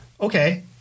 Okay